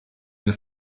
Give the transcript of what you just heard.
you